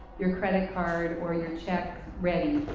your credit card, or your check ready.